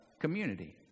community